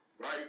right